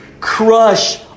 crush